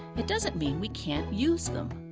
it doesn't mean we can't use them.